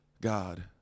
God